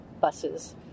buses